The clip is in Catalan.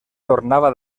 tornava